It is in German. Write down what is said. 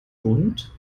bunt